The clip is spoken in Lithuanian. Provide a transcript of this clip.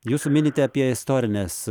jūs minite apie istorines